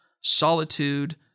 solitude